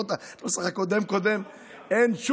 לא את הנוסח הקודם-קודם,